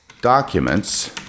documents